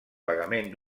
pagament